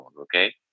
okay